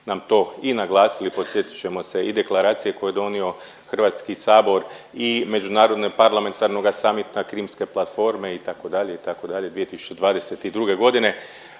nam to i naglasili, podsjetit ćemo se i deklaracije koju je donio HS i Međunarodnog parlamentarnoga samita krimske platforme itd., itd.